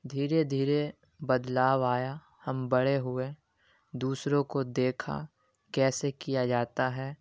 دھیرے دھیرے بدلاؤ آیا ہم بڑے ہوئے دوسروں کو دیکھا کیسے کیا جاتا ہے